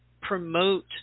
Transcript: promote